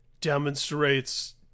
demonstrates